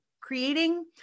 creating